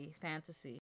fantasy